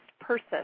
person